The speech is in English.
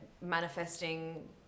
manifesting